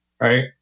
right